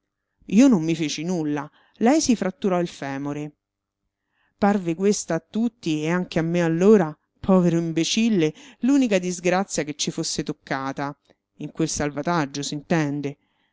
io non mi feci nulla lei si fratturò il femore parve questa a tutti e anche a me allora povero imbecille l'unica disgrazia che ci fosse toccata in